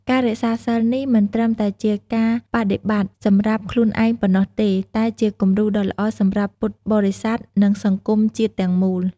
ការរក្សាសីលនេះមិនត្រឹមតែជាការបដិបត្តិសម្រាប់ខ្លួនឯងប៉ុណ្ណោះទេ តែជា គំរូដ៏ល្អ សម្រាប់ពុទ្ធបរិស័ទ និងសង្គមជាតិទាំងមូល។